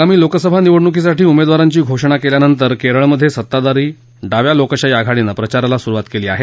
आगामी लोकसभा निवडणूकीसाठी उमेदवारांची घोषणा केल्यानंतर केरळमध्ये सत्ताधारी डाव्या लोकशाही आघाडीनं प्रचाराला सुरुवात केली आहे